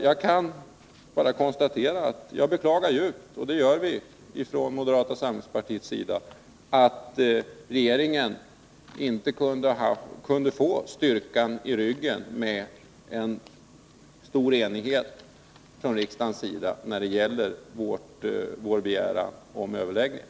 Jag och moderata samlingspartiet beklagar djupt att regeringen inte kunde få den styrka i ryggen som en enad riksdag skulle ha inneburit i fråga om vår begäran om överläggningar.